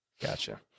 Gotcha